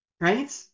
Right